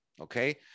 okay